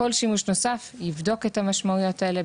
כל שימוש נוסף יבדוק את המשמעויות האלה,